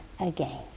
Again